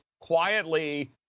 quietly